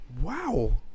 wow